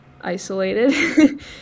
isolated